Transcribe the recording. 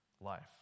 life